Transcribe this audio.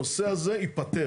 הנושא הזה ייפתר.